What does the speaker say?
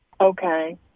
Okay